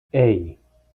hey